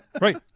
Right